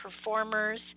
performers